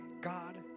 God